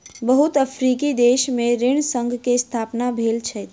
बहुत अफ्रीकी देश में ऋण संघ के स्थापना भेल अछि